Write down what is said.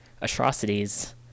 atrocities